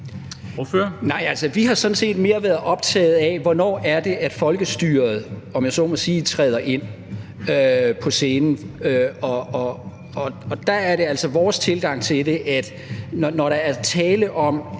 set mere været optaget af, hvornår det er, at folkestyret, om jeg så må sige, træder ind på scenen, og der er det altså vores tilgang til det, at når der er tale om